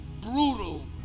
brutal